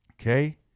Okay